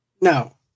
No